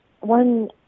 one